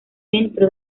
dentro